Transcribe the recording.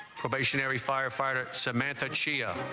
probationary firefighter samantha shia